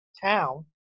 town